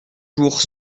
jours